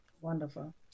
Wonderful